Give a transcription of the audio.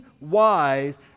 wise